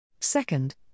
Second